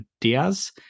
Diaz